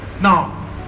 now